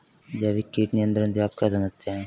जैविक कीट नियंत्रण से आप क्या समझते हैं?